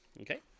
okay